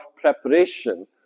preparation